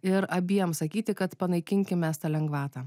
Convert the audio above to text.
ir abiem sakyti kad panaikinkim mes tą lengvatą